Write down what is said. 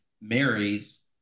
marries